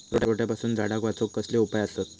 रोट्यापासून झाडाक वाचौक कसले उपाय आसत?